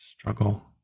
struggle